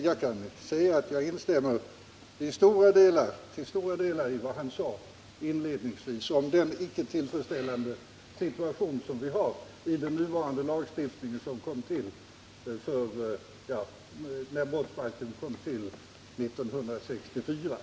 Jag instämmer till stora delar i vad Göran Karlsson sade inledningsvis om den icke tillfredsställande situationen när det gäller nuvarande lagstiftning i brottsbalken som kom till 1964.